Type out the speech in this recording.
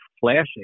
flashing